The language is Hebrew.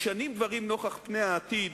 משנים דברים נוכח פני העתיד.